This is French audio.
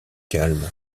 calme